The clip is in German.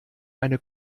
eine